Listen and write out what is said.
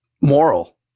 Moral